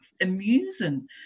amusing